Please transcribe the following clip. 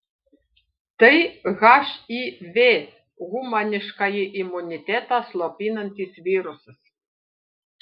tai hiv humaniškąjį imunitetą slopinantis virusas